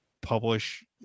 publish